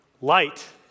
light